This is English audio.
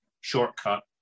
shortcut